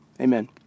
Amen